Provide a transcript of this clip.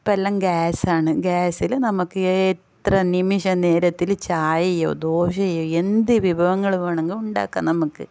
ഇപ്പോഴെല്ലാം gas ആണ് ഗ്യാസിൽ നമുക്ക് എത്ര നിമിഷ നേരത്തിൽ ചായയോ ദോശയോ എന്ത് വിഭവങ്ങൾ വേണമെങ്കിലും ഉണ്ടാക്കാം നമുക്ക്